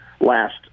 Last